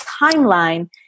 timeline